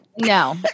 No